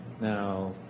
Now